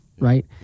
right